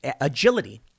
agility